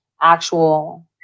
actual